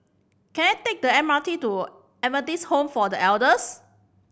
can I take the M R T to M R T's Home for The Elders